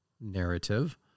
narrative